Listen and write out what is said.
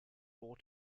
four